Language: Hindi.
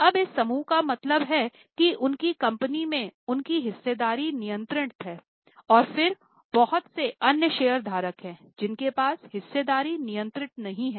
अब इस समूह का मतलब है कि उनकी कंपनियों में उनकी हिस्सेदारी नियंत्रित है और फिर बहुत से अन्य शेयरधारक हैं जिनके पास हिस्सेदारी नियंत्रित नहीं है